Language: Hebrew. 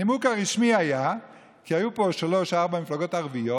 הנימוק הרשמי היה שהיו פה שלוש-ארבע מפלגות ערביות